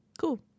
Cool